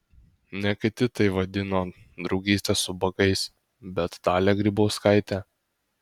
ne kiti tai vadino draugyste su ubagais bet dalia grybauskaitė